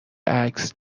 عکس